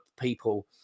people